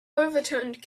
overturned